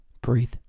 breathe